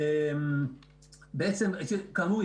כאמור,